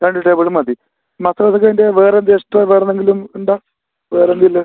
രണ്ട് ടേബിള് മതി മസാല ദോശ അതിൻ്റെ വേറെ എന്ത് എക്സ്ട്രാ വേറെ എന്തെങ്കിലും ഉണ്ടോ വേറെ എന്താണ് ഇല്ലെ